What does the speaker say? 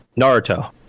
Naruto